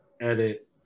edit